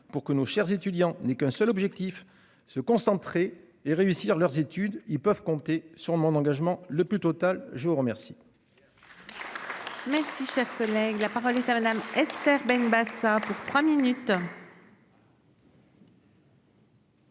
pour que nos chers étudiants n'est qu'un seul objectif, se concentrer et réussir leurs études, ils peuvent compter sur mon engagement le plus total. Je vous remercie. Merci, cher collègue, la parole est à Madame. Esther Benbassa pour 3 minutes.